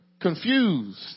confused